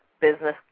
Business